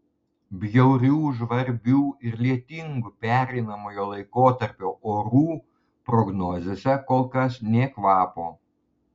bjaurių žvarbių ir lietingų pereinamojo laikotarpio orų prognozėse kol kas nė kvapo